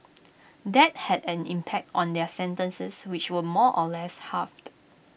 that had an impact on their sentences which were more or less halved